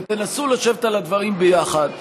ותנסו לשבת על הדברים ביחד,